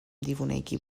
دیوونگی